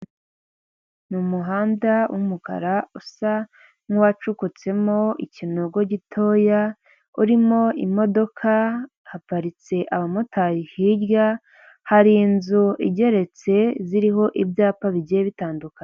Mu muhanda w'umukara usa n'uwacukutsemo ikinogo gitoya urimo imodoka haparitse abamotari hirya hari inzu igeretse ziriho ibyapa bigiye bitandukanye.